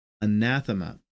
anathema